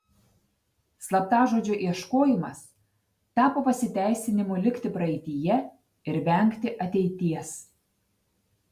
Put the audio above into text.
slaptažodžio ieškojimas tapo pasiteisinimu likti praeityje ir vengti ateities